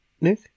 Nick